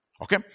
Okay